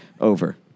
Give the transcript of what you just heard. Over